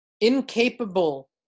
incapable